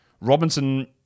Robinson